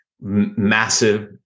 massive